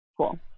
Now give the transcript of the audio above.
Cool